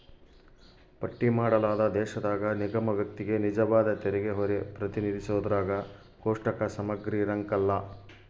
ಪಟ್ಟಿ ಮಾಡಲಾದ ದೇಶದಾಗ ನಿಗಮ ವ್ಯಕ್ತಿಗೆ ನಿಜವಾದ ತೆರಿಗೆಹೊರೆ ಪ್ರತಿನಿಧಿಸೋದ್ರಾಗ ಕೋಷ್ಟಕ ಸಮಗ್ರಿರಂಕಲ್ಲ